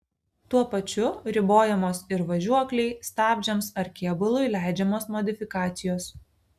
tuo pačiu ribojamos ir važiuoklei stabdžiams ar kėbului leidžiamos modifikacijos